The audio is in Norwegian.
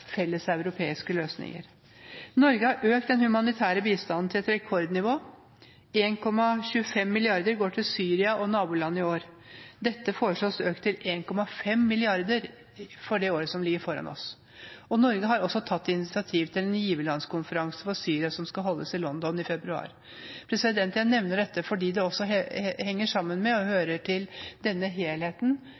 felles europeiske løsninger. Norge har økt den humanitære bistanden til et rekordnivå – 1,25 mrd. kr går til Syria og nabolandene i år. Dette foreslås økt til 1,5 mrd. kr for det året som ligger foran oss. Norge har også tatt initiativ til en giverlandskonferanse for Syria, som skal holdes i London i februar. Jeg nevner dette fordi det henger sammen med og hører til denne helheten